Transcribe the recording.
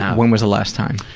when was the last time?